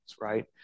right